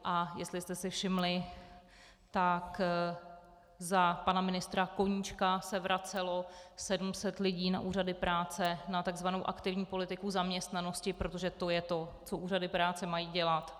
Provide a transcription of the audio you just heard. A jestli jste si všimli, tak za pana ministra Koníčka se vracelo 700 lidí na úřady práce na tzv. aktivní politiku zaměstnanosti, protože to je to, co úřady práce mají dělat.